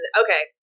okay